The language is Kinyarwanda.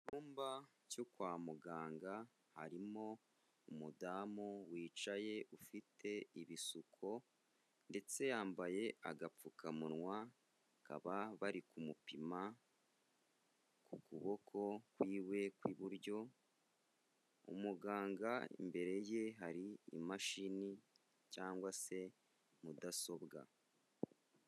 Mu cyumba cyo kwa muganga harimo umudamu wicaye ufite ibisuko, ndetse yambaye agapfukamunwa, akaba bari kumupima ukuboko kw'iwe kw'iburyo, umuganga imbere ye hari imashini cyangwa se mudasobwa.